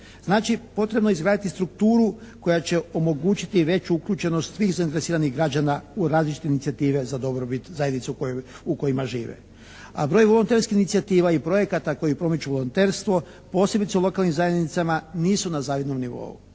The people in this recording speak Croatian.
Znači potrebno je izgraditi strukturu koja će omogućiti veću uključenost svih zainteresiranih građana u različite inicijative za dobrobit zajednice u kojima žive, a broj volonterskih inicijativa i projekata koji promiču volonterstvo, posebice u lokalnim zajednicama nisu na zavidnom nivou.